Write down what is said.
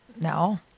no